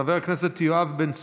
חבר הכנסת יואב בן צור,